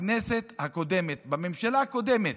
שבכנסת הקודמת, בממשלה הקודמת,